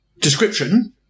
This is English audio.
description